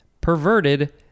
perverted